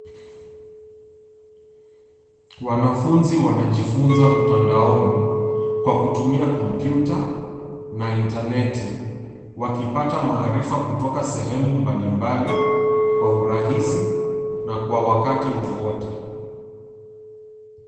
Wanafunzi wanajifunza mtandaoni, kwa kutumia kompyuta na intaneti, wakipata maarifa kutoka sehemu mbalimbali, kwa urahisi na kwa wakati wowote.